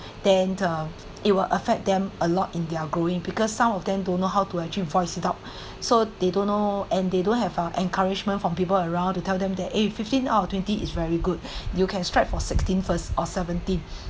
then uh it will affect them a lot in their growing because some of them don't know how to actually voice it out so they don't know and they don't have uh encouragement from people around to tell them that eh fifteen out of twenty is very good you can strike for sixteen first or seventeen